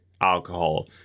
alcohol